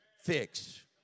fix